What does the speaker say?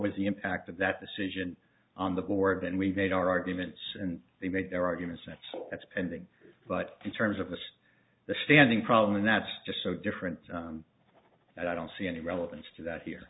was the impact of that decision on the board and we've made our arguments and they make their arguments and that's pending but in terms of this the standing problem and that's just so different that i don't see any relevance to that here